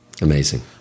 amazing